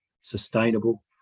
sustainable